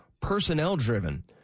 personnel-driven